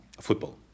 Football